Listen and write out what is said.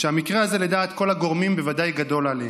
המקרה הזה, לדעת כל הגורמים, בוודאי גדול עליהם,